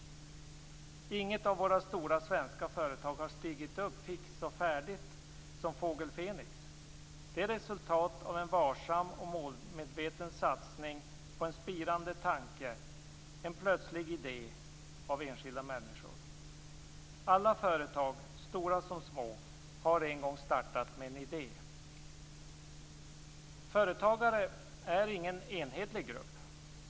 Inget av våra stora svenska företag har stigit upp fixt och färdigt som Fågel Fenix. De är resultat av en varsam och målmedveten satsning på en spirande tanke eller en plötslig idé av enskilda människor. Alla företag, stora som små, har en gång startat med en idé. Företagare är ingen enhetlig grupp.